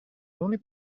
only